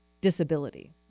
disability